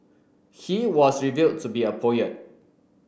he was revealed to be a poet